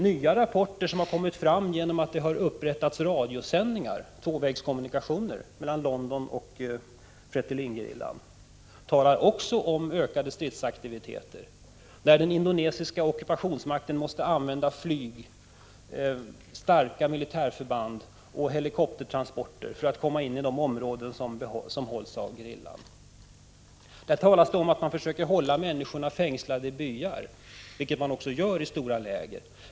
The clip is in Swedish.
Nya rapporter som har kommit fram genom att man har upprättat radiokontakter, tvåvägskommunikationer, mellan London och Fretilingerillan, talar också om ökade stridsaktiviteter. Den indonesiska ockupationsmakten måste använda starka militärförband och helikoptertransporter för att komma in i de områden som hålls av gerillan. Det talas om att man försöker hålla människorna fängslade i byar. Och det gör man också i stora läger.